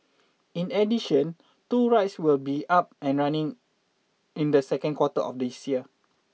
in addition two rides will be up and running in the second quarter of this year